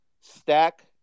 Stack